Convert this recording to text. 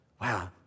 wow